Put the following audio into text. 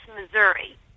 Missouri